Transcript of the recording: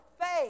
faith